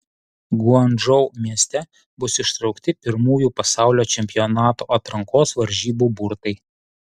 guangdžou mieste bus ištraukti pirmųjų pasaulio čempionato atrankos varžybų burtai